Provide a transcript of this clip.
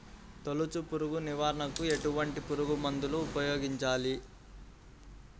తొలుచు పురుగు నివారణకు ఎటువంటి పురుగుమందులు ఉపయోగించాలి?